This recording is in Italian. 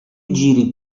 giri